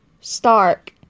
stark